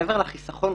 מעבר לחיסכון,